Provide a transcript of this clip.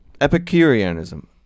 Epicureanism